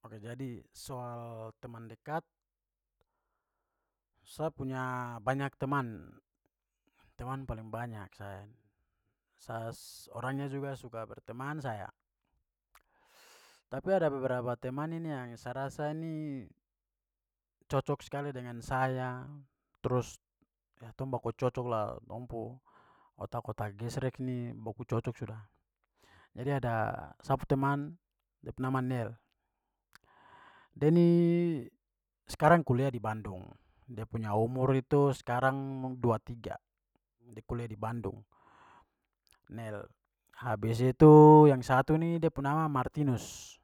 Oke, jadi soal teman dekat, saya punya banyak teman, teman paling banyak saya. Saya orangnya juga suka berteman saya. Tapi ada beberapa teman ini yang sa rasa ini cocok sekali dengan saya, terus, ya tong baku cocok lah. Tong pu otak-otak gesrek ni baku cocok sudah. Jadi ada sa pu teman da pu nama nel. De ni sekarang kuliah di bandung. Da punya umur itu sekarang dua tiga. De kuliah di bandung. Nel. Habis itu yang satu ini da pu nama martinus.